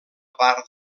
part